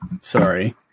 Sorry